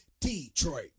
Detroit